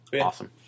Awesome